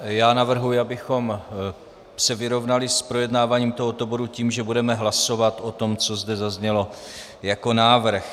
Já navrhuji, abychom se vyrovnali s projednáváním tohoto bodu tím, že budeme hlasovat o tom, co zde zaznělo jako návrh.